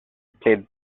played